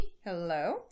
Hello